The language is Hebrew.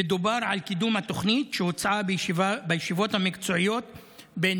ודובר על קידום התוכנית שהוצעה בישיבות המקצועיות בין